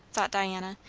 thought diana,